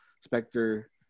Spectre